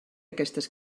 aquestes